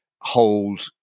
hold